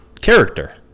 character